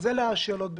אלה השאלות בקצרה.